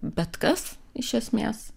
bet kas iš esmės